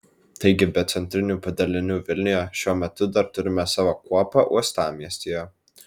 taigi be centrinių padalinių vilniuje šiuo metu dar turime savo kuopą uostamiestyje